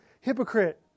hypocrite